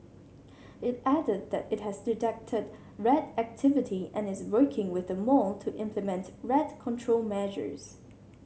it added that it has detected rat activity and is working with the mall to implement rat control measures